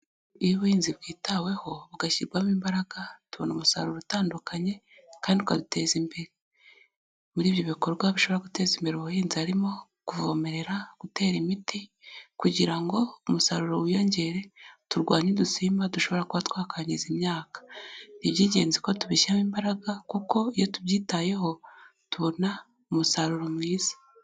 Iyo ubuhinzi bwitaweho bugashyirwamo imbaraga, tubona umusaruro utandukanye kandi ukaduteza imbere, muri ibyo bikorwa bishobora guteza imbere ubuhinzi harimo kuvomerera, gutera imiti kugira ngo umusaruro wiyongere turwanye udusimba dushobora kuba twakagiza imyaka, ni iby'ingenzi ko tubishyiramo imbaraga kuko iyo tubyitayeho tubona umusaruro mwiza.